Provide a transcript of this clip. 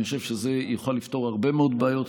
אני חושב שזה יוכל לפתור הרבה מאוד בעיות,